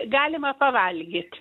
galima pavalgyt